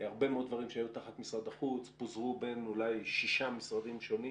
הרבה מאוד דברים שהיו תחת משרד החוץ פוזרו בין אולי שישה משרדים שונים